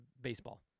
baseball